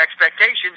expectations